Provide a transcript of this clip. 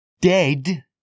dead